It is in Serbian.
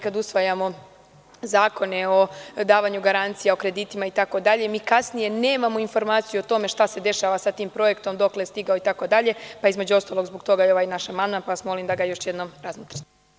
Kada usvajamo zakone o davanju garancija, o kreditima, mi kasnije nemamo informaciju o tome šta se dešava sa tim projektom, dokle je stigao itd. pa između ostalog zbog toga je ovaj naš amandman, pa vas molim da ga još jednom razmotrite.